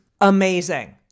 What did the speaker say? amazing